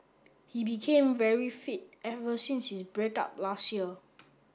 he became very fit ever since his break up last year